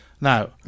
Now